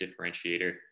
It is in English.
differentiator